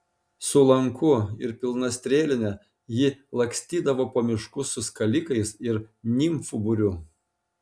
su lanku ir pilna strėline ji lakstydavo po miškus su skalikais ir nimfų būriu